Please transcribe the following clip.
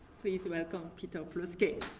please welcome peter pilewskie.